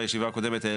בישיבה הקודמת,